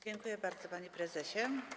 Dziękuję bardzo, panie prezesie.